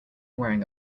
wearing